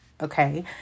Okay